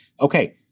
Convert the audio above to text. okay